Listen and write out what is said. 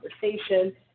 conversation